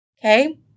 Okay